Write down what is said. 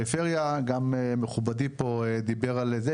גם מכובדי פה דיבר על זה,